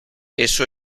eso